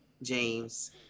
James